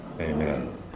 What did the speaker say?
Amen